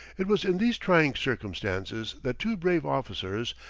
it was in these trying circumstances that two brave officers,